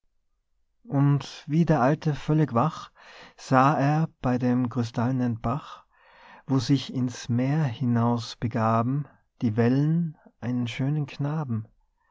und wie der alte völlig wach sah er bei dem krystallnen bach wo sich in's meer hinaus begaben die wellen einen schönen knaben